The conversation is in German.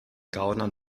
gaunern